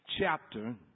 chapter